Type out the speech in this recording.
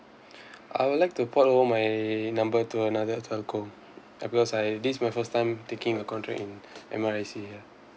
I would like to port over my number to another telco because I this is my first time taking a contract in M R I C ya